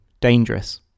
dangerous